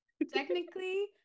Technically